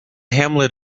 hamlet